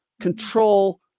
control